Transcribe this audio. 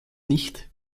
nicht